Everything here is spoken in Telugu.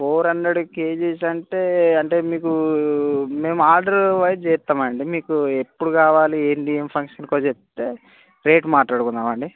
ఫోర్ హండ్రెడ్ కేజీస్ అంటే అంటే మీకు మేము ఆర్డర్ వైస్ చేస్తాం అండి మీకు ఎప్పుడు కావాలి ఏంటి ఏమి ఫంక్షన్కో చెప్తే రేట్ మాట్లాడుకుందాం అండి